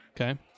Okay